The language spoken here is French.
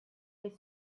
est